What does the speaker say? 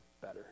better